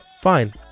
fine